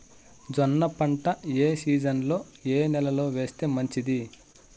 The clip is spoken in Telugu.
జొన్న పంట ఏ సీజన్లో, ఏ నెల లో వేస్తే మంచిది?